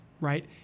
right